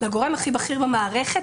לגורם הכי בכיר במערכת.